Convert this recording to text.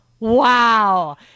Wow